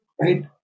Right